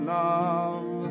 love